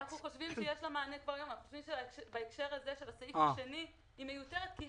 אנחנו חושבים שיש לה מענה ובהקשר הזה של הסעיף השני היא מיותרת.